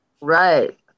Right